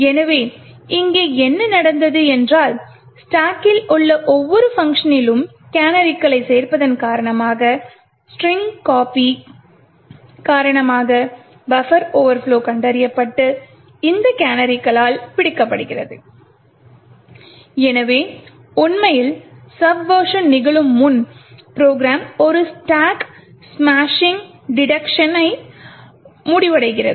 எனவே இங்கே என்ன நடந்தது என்றால் ஸ்டாக்கில் உள்ள ஒவ்வொரு பங்க்ஷனிலும் கேனரிகளைச் சேர்ப்பதன் காரணமாக strcpy காரணமாக பஃபர் ஓவர்ப்லொ கண்டறியப்பட்டு இந்த கேனரிகளால் பிடிக்கப்படுகிறது எனவே உண்மையில் சப்வெர்ஸன் நிகழும் முன் ப்ரோக்ராம் ஒரு ஸ்டாக் ஸ்மாஷிங் டிடெக்க்ஷனுட முடிவடைகிறது